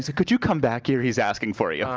ah could you come back here, he's asking for you.